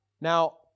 Now